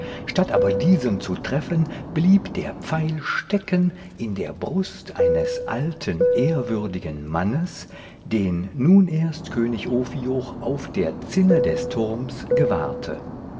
statt aber diesen zu treffen blieb der pfeil stecken in der brust eines alten ehrwürdigen mannes den nun erst könig ophioch auf der zinne des turms gewahrte